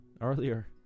earlier